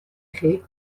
chi